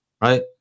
right